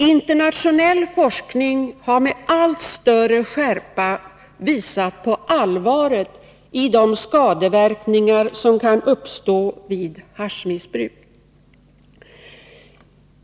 Internationell forskning har med allt större skärpa visat på allvaret i de skadeverkningar som kan uppstå vid haschmissbruk.